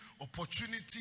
opportunity